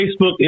Facebook